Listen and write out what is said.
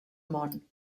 món